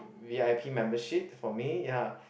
v_i_p membership for me ya